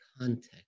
context